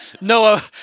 Noah